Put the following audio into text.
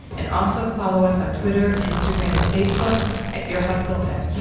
and also follow us on twitter instagram, and facebook at earhustlesq. yeah